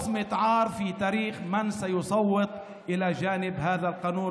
זה קלון בהיסטוריה של מי שיצביע בעד חוק זה